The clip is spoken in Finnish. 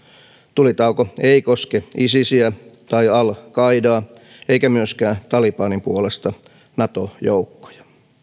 tulitauko ei koske isisiä tai al qaidaa eikä myöskään talibanin puolesta nato joukkoja